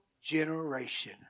generation